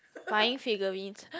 buying figurines